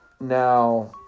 Now